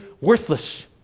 worthless